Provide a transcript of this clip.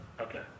okay